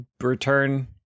return